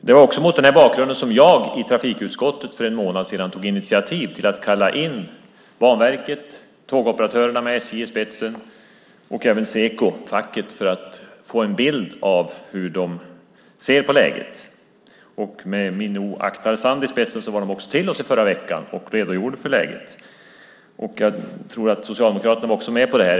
Det var mot den bakgrunden jag i trafikutskottet för en månad sedan tog initiativ till att kalla in Banverket, tågoperatörerna med SJ i spetsen och Seco, facket, för att få en bild av hur de ser på läget. Med Minoo Akhtarzand i spetsen var de till oss i förra veckan och redogjorde för läget. Jag tror att även Socialdemokraterna var med på det.